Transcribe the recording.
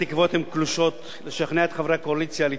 לשכנע את חברי הקואליציה לתמוך בהצעת החוק הזו,